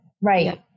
Right